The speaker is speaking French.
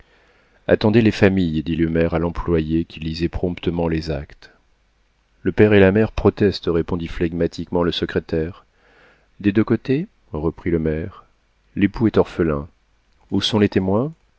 attendez les familles dit le maire à l'employé qui lisait promptement les actes le père et la mère protestent répondit flegmatiquement le secrétaire des deux côtés reprit le maire l'époux est orphelin où sont les témoins